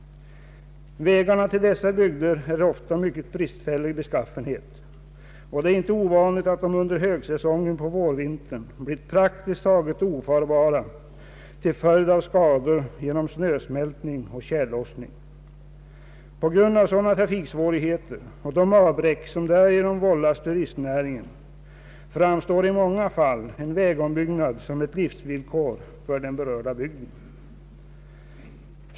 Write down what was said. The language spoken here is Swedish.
Vägarna till dessa bygder är ofta mycket bristfälliga, och det är inte ovanligt att de under högsäsongen på vårvintern blir praktiskt taget ofarbara till följd av ska dor genom snösmältning och tjällossning. På grund av sådana trafiksvårigheter och de avbräck som därigenom vållas turistnäringen framstår i många fall en vägombyggnad som ett livsvillkor för den berörda bygden.